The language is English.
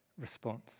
response